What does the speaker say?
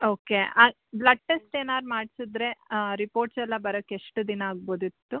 okay ಆ blood test ಏನಾರು ಮಾಡಿಸಿದ್ರೆ ರಿಪೋಟ್ಸ್ ಎಲ್ಲ ಬರೋಕೆ ಎಷ್ಟು ದಿನ ಆಗ್ಬೋದಿತ್ತು